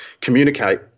communicate